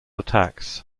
attacks